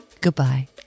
Goodbye